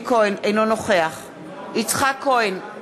אינו נוכח יצחק כהן,